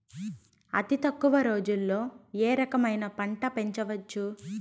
అతి తక్కువ రోజుల్లో ఏ రకమైన పంట పెంచవచ్చు?